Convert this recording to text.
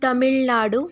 Tamil Nadu